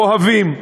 אוהבים.